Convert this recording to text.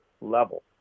level